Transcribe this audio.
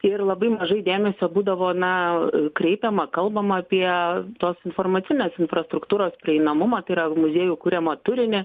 ir labai mažai dėmesio būdavo na kreipiama kalbama apie tos informacinės infrastruktūros prieinamumą tai yra muziejų kuriamą turinį